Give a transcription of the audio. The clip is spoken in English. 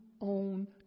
own